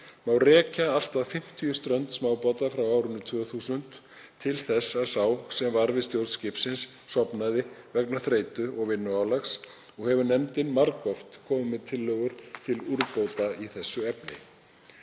má rekja allt að 50 strönd smábáta frá árinu 2000 til þess að sá sem var við stjórn skipsins sofnaði vegna þreytu og vinnuálags og hefur nefndin margoft komið með tillögur til úrbóta í þessu efni.